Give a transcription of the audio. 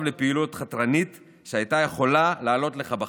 לפעילות חתרנית שהייתה יכולה לעלות לך בחיים.